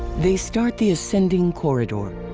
they start the ascending corridor.